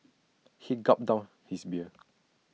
he gulped down his beer